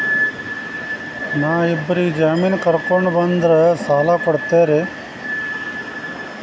ನಾ ಇಬ್ಬರಿಗೆ ಜಾಮಿನ್ ಕರ್ಕೊಂಡ್ ಬಂದ್ರ ಸಾಲ ಕೊಡ್ತೇರಿ?